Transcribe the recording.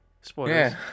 Spoilers